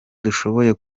dushoboye